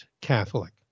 Catholic